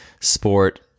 sport